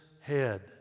head